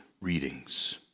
readings